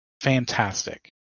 fantastic